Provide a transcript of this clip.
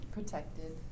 Protected